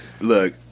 look